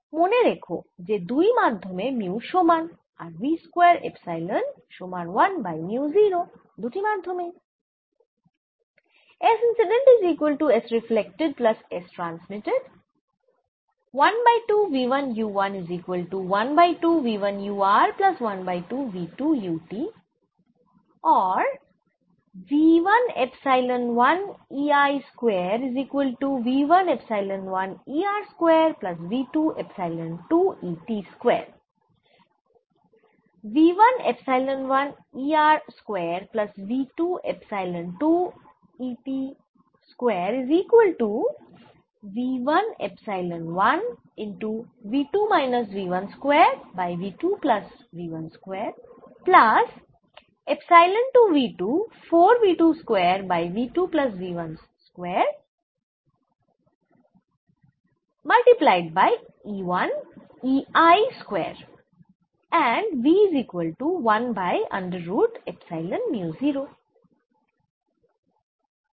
মনে রেখো যে দুই মাধ্যমের মিউ সমান আর v স্কয়ার এপসাইলন সমান 1 বাই মিউ 0 দুটি মাধ্যমেই